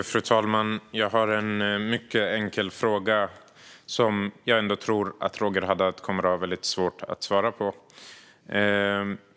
Fru talman! Jag har en mycket enkel fråga som jag ändå tror att Roger Haddad kommer att ha väldigt svårt att svara på.